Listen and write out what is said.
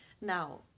Now